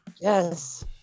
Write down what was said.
Yes